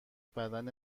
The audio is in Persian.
بدن